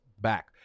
back